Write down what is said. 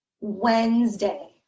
Wednesday